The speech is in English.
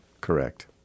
Correct